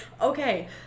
Okay